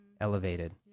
elevated